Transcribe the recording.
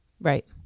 Right